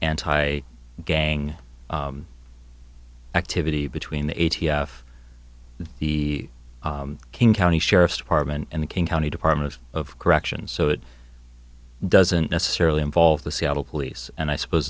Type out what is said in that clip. a gang activity between the a t f the king county sheriff's department and the king county department of corrections so it doesn't necessarily involve the seattle police and i suppose